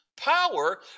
Power